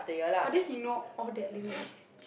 !wah! then he know all that language eh